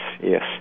yes